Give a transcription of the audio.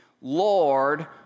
Lord